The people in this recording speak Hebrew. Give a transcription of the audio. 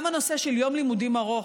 גם הנושא של יום לימודים ארוך,